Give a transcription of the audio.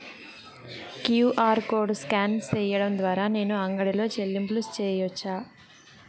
QR code scan సేయడం ద్వారా నేను అంగడి లో చెల్లింపులు సేయొచ్చా?